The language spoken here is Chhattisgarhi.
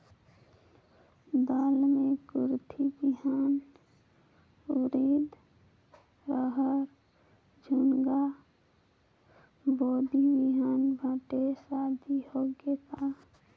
दाल मे कुरथी बिहान, उरीद, रहर, झुनगा, बोदी बिहान भटेस आदि होगे का?